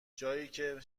جاییکه